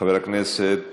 חבר הכנסת חאג'